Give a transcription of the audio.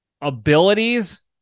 abilities